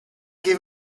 give